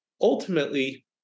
Ultimately